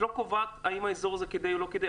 את לא קובעת האם האזור הזה הוא כדאי או לא כדאי.